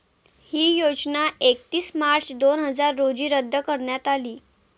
ही योजना एकतीस मार्च दोन हजार रोजी रद्द करण्यात आली